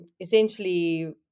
essentially